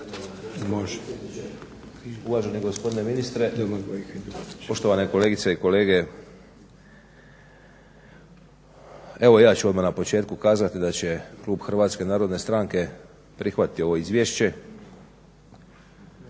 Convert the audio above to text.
uvaženi gospodine ministre, poštovane kolegice i kolege. Evo ja ću odmah na početku kazati da će klub HNS-a prihvatiti ovo izvješće.